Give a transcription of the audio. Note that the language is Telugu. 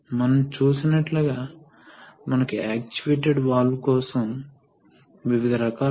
కాబట్టి సోలేనోయిడ్ నిలిపివేయబడినప్పుడు ఈ డైరెక్షన్ వాల్వ్ కుడి పోసిషన్ లో ఉంటుంది